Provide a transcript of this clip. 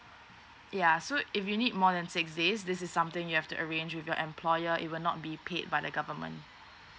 ya so if you need more than six days this is something you have to arrange with your employer it will not be paid by the government